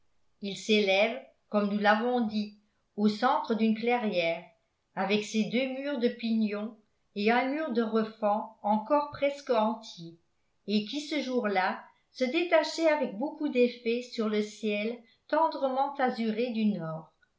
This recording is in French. il s'élève comme nous l'avons dit au centre d'une clairière avec ses deux murs de pignon et un mur de refend encore presque entiers et qui ce jour-là se détachaient avec beaucoup d'effet sur le ciel tendrement azuré du nord